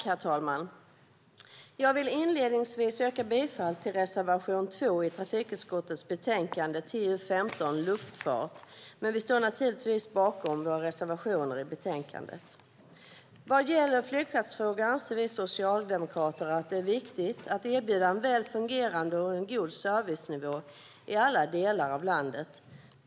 Herr talman! Jag vill inledningsvis yrka bifall till reservation 2 i trafikutskottets betänkande 2011/12:TU15 Luftfart , men vi står naturligtvis bakom alla våra reservationer i betänkandet. Vad gäller flygplatsfrågor anser vi socialdemokrater att det är viktigt att erbjuda en väl fungerande och god servicenivå i alla delar av landet.